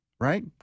Right